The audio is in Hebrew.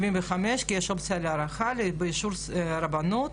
כי יש אופציה להארכה באישור הרבנות.